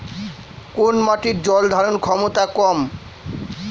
কোন মাটির জল ধারণ ক্ষমতা কম?